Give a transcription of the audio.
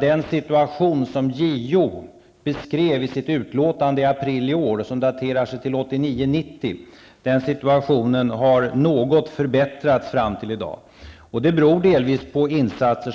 Den situation som JO beskrev i sitt utlåtande i april i år, och som daterar sig till 1989/90, har något förbättrats fram till i dag. Det beror delvis på insatser